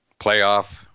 playoff